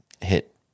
hit